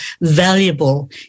valuable